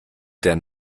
der